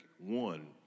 one